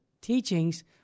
teachings